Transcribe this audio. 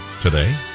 today